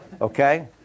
Okay